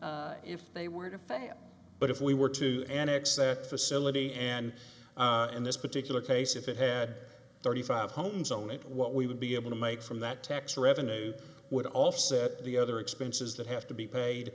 they're if they were to fail but if we were to annex that facility and in this particular case if it had thirty five homes on it what we would be able to make from that tax revenue would offset the other expenses that have to be paid